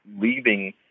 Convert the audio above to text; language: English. leaving